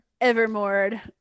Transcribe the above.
evermore